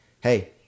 hey